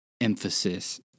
emphasis